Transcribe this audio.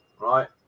right